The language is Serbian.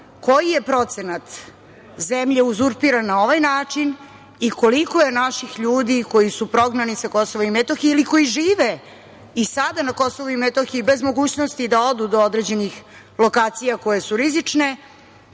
koji je procenat zemlje uzurpiran na ovaj način i koliko je naših ljudi koji su prognani sa KiM ili koji žive i sada na KiM, bez mogućnosti da odu do određenih lokacija koje su rizične,